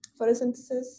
photosynthesis